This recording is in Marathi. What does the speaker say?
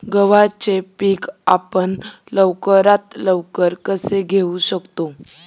गव्हाचे पीक आपण लवकरात लवकर कसे घेऊ शकतो?